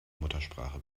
muttersprache